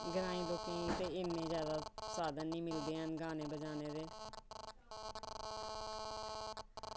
ग्रांईं लोकें गी ते इन्ने जादा साधन निं मिलदे हैन गाने बजाने दे